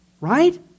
Right